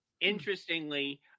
Interestingly –